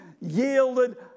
yielded